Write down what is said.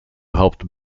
helped